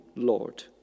Lord